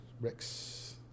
Rex